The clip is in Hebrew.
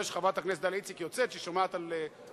אני רואה שחברת הכנסת דליה איציק יוצאת כשהיא שומעת על פנסיה,